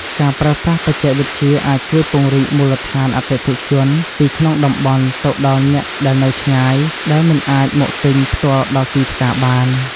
ការប្រើប្រាស់បច្ចេកវិទ្យាអាចជួយពង្រីកមូលដ្ឋានអតិថិជនពីក្នុងតំបន់ទៅដល់អ្នកដែលនៅឆ្ងាយ ដែលមិនអាចមកទិញផ្ទាល់ដល់ទីផ្សារបាន។